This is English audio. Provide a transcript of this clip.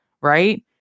right